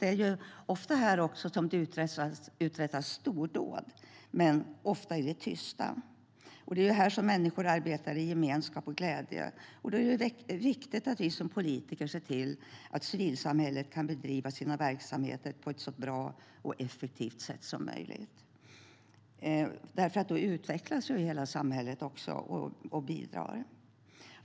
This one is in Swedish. Det är där som det ofta uträttas stordåd i det tysta. Människor arbetar i gemenskap och glädje. Då är det viktigt att vi som politiker ser till att civilsamhället kan bedriva sina verksamheter på ett så bra och effektivt sätt som möjligt. Då utvecklas ju hela samhället, och det bidrar till välfärd och social gemenskap.